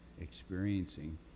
experiencing